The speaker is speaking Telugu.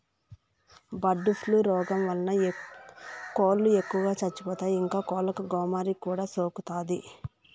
బర్డ్ ఫ్లూ రోగం వలన కోళ్ళు ఎక్కువగా చచ్చిపోతాయి, ఇంకా కోళ్ళకు గోమారి కూడా సోకుతాది